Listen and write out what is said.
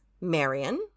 Marion